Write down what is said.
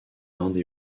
inde